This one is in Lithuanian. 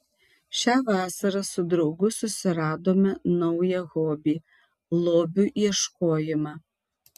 šią vasarą su draugu susiradome naują hobį lobių ieškojimą